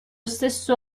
stesso